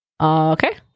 Okay